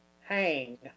hang